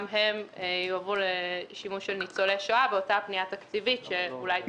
הם לשימוש של ניצולי שואה באותה פנייה תקציבית שאולי תאשרו אחר כך.